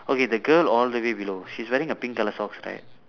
okay the girl all the way below she's wearing a pink colour socks right